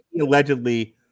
allegedly